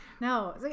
No